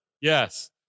yes